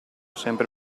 sempre